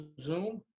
Zoom